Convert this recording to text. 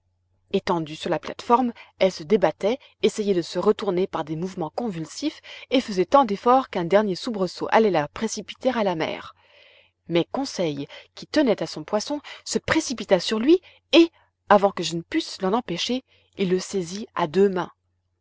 étendue sur la plate-forme elle se débattait essayait de se retourner par des mouvements convulsifs et faisait tant d'efforts qu'un dernier soubresaut allait la précipiter à la mer mais conseil qui tenait à son poisson se précipita sur lui et avant que je ne pusse l'en empêcher il le saisit à deux mains